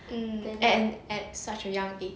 mm at at such a young age